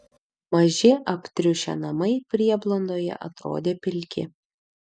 maži aptriušę namai prieblandoje atrodė pilki